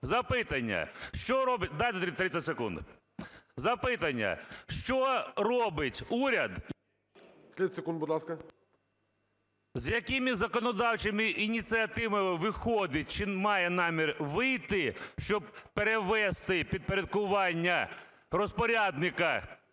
ласка. КУПРІЄНКО О.В. … з якими законодавчими ініціативами виходить чи має намір вийти, щоб перевести підпорядкування розпорядника